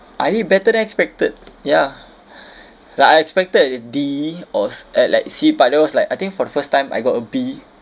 I did better than expected ya uh I expected D or s~ uh like C but that was like I think for the first time I got a B